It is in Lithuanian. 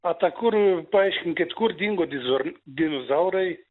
a ta kur paaiškinkit kur dingo dizor dinozaurai